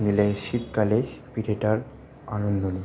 মিলে শীতকালে পিঠেটার আনন্দ নিই